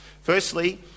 Firstly